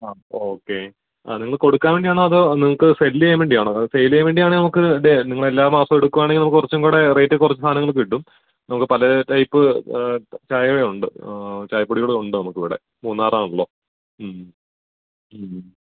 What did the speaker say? ആ ഓക്കെ ആ നിങ്ങൾ കൊടുക്കാൻ വേണ്ടിയാണോ അതോ നിങ്ങൾക്ക് സെല്ല് ചെയ്യാൻ വേണ്ടിയാണോ അത് സേയില് ചെയ്യാൻ വേണ്ടിയാണേൽ നമുക്ക് ഡെ നിങ്ങളെല്ലാ മാസോം എടുക്കുവാണെങ്കിൽ കുറച്ചും കൂടെ റേറ്റ് കുറച്ച് സാധനങ്ങൾ കിട്ടും നമുക്ക് പല ടൈപ്പ് ചായകളുണ്ട് ചായപ്പോടികളുമുണ്ട് നമുക്കിവിടെ മൂന്നാറാണല്ലോ